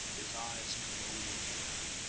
his eyes glowed with anger.